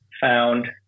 found